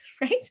Right